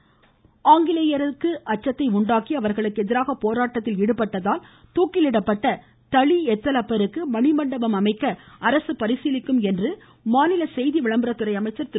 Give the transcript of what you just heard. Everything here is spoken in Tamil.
கடம்பூர் ராஜு ஆங்கிலேயருக்கு அச்சத்தை உண்டாக்கி அவர்களுக்கு எதிராக போராட்டத்தில் ஈடுபட்டதால் தூக்கிலிடப்பட்ட தளி எத்தல் அப்பருக்கு மணிமண்டபம் அமைக்க அரசு பரிசீலிக்கும் என்று மாநில செய்தி விளம்பரத்துறை அமைச்சர் திரு